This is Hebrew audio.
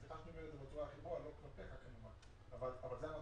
סליחה שאני אומר את זה בצורה בוטה אבל זה המצב.